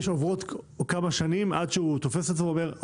עוברות כמה שנים עד שהמשרד תופס את זה ואומר שהנה,